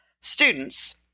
students